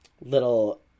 little